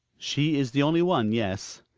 she is the only one, yes.